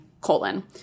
colon